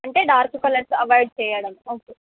అంటే dark colours avoid చెయ్యడం okay